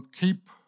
keep